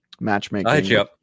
matchmaking